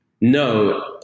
no